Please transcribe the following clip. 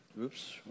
Oops